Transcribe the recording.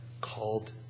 called